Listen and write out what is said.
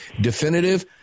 Definitive